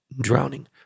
drowning